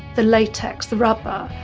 the latex, the rubber,